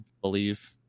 believe